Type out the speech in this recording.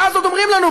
ואז עוד אומרים לנו,